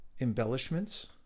embellishments